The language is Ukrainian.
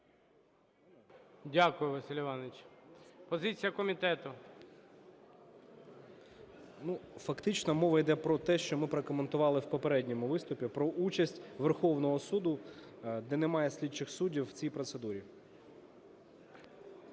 Дякую, Василь Іванович. Позиція комітету. 11:33:42 МОНАСТИРСЬКИЙ Д.А. Ну, фактично, мова іде про те, що ми прокоментували в попередньому виступі, про участь Верховного Суду, де немає слідчих суддів в цій процедурі.